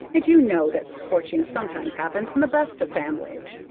and you know that scorching sometimes happens in the best of families.